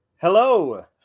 Hello